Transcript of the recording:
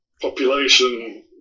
population